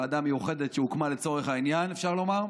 ועדה מיוחדת שהוקמה לצורך העניין, אפשר לומר,